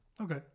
Okay